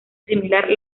similar